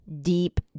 deep